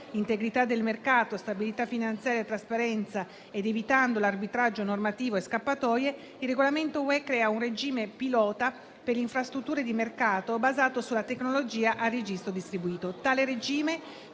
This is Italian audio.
integrità del mercato, stabilità finanziaria e trasparenza ed evitando l'arbitraggio normativo e scappatoie, il regolamento UE crea un regime pilota per le infrastrutture di mercato basate sulla tecnologia a registro distribuito. Tale regime